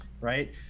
right